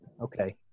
okay